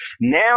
Now